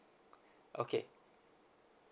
okay